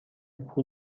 پول